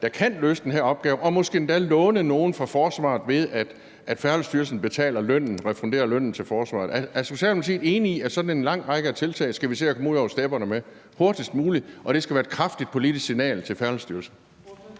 der kan løse den her opgave, og at man måske endda låner nogen fra forsvaret, ved at Færdselsstyrelsen betaler lønnen, altså refunderer lønnen til forsvaret. Er Socialdemokratiet enig i, at sådan en lang række af tiltag skal vi se at komme ud over stepperne med hurtigst muligt, og at det skal være et kraftigt politisk signal til Færdselsstyrelsen?